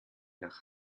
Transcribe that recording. nach